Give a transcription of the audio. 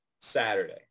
saturday